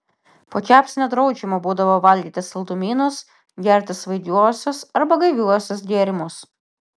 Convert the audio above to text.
po kepsnio draudžiama būdavo valgyti saldumynus gerti svaigiuosius arba gaiviuosius gėrimus